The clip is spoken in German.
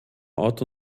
auto